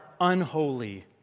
unholy